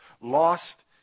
lost